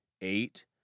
Eight